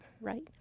Right